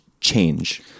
change